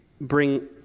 Bring